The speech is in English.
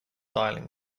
dialling